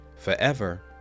forever